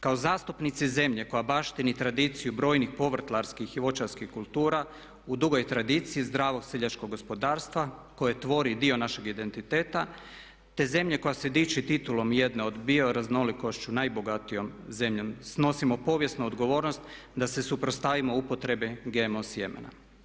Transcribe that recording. Kao zastupnici zemlje koja baštini tradiciju brojnih povrtlarskih i voćarskih kultura u dugoj tradiciji zdravog seljačkog gospodarstva koje tvori dio našeg identiteta te zemlje koja se diči titulom jedne od bio raznolikošću najbogatijom zemljom, snosimo povijesnu odgovornost da se suprotstavimo upotrebi GMO sjemena.